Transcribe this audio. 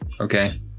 okay